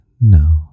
no